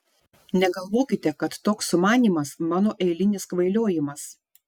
negalvokite kad toks sumanymas mano eilinis kvailiojimas